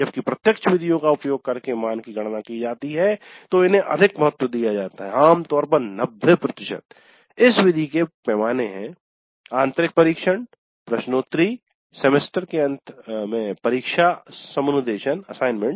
जबकि प्रत्यक्ष विधियों का उपयोग करके मान की गणना की जाती है तो इन्हे अधिक महत्व दिया जाता है आमतौर पर 90 इस विधि के पैमाने है आंतरिक परीक्षण प्रश्नोत्तरी सेमेस्टर अंत परीक्षा समनुदेशन असाइनमेंट